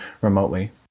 remotely